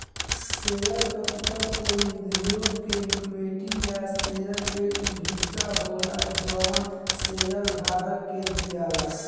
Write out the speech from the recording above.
share capital कोई उद्योग के इक्विटी या शेयर के उ हिस्सा होला जवन शेयरधारक के दियाला